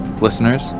listeners